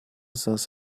saß